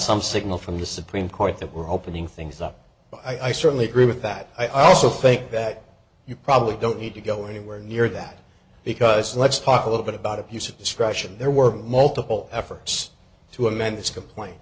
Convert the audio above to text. some signal from the supreme court that we're opening things up but i certainly agree with that i also think that you probably don't need to go anywhere near that because let's talk a little bit about a piece of discretion there were multiple efforts to amend this complain